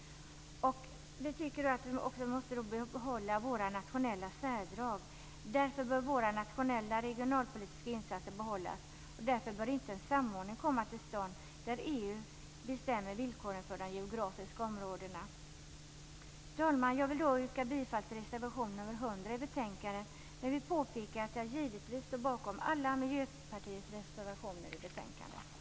Dessutom tycker vi att våra nationella särdrag måste behållas. Därför bör våra nationella regionalpolitiska insatser få vara kvar. Således bör inte en samordning komma till stånd där EU bestämmer villkoren för de geografiska områdena. Fru talman! Jag yrkar bifall till reservation nr 100 i betänkandet men vill påpeka att jag givetvis står bakom alla Miljöpartiets reservationer i betänkandet.